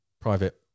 private